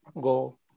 go